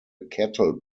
cattle